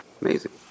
Amazing